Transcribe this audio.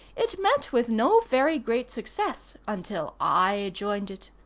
it met with no very great success until i joined it.